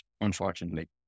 unfortunately